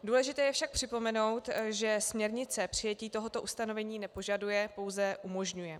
Důležité je však připomenout, že směrnice přijetí tohoto ustanovení nepožaduje, pouze umožňuje.